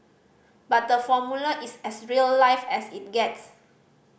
but the Formula is as real life as it gets